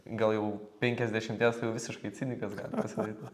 gal jau penkiasdešimties tai jau visiškai cinikas gali pasidaryt